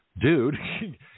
Dude